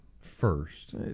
first